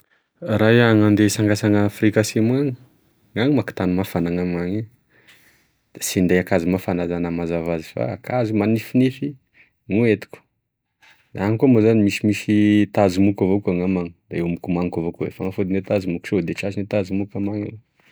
Raha iaho gn'andeha isangasanga any Afrika Asimo any gn'any moa ka tany mafana nam'agny da sy minday akanzo mafana iaho mazava hoazy fa akanzo manifinify no entiko any koa moa zany misimisy tazo moky avao koa nam'agny de homakomaniko avao koa gne fanafodigne tazo moky sode tratrigne tazo moky amign'any ah.